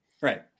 Right